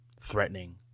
threatening